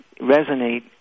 resonate